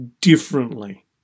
differently